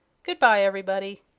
good-bye, everybody!